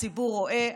הציבור רואה,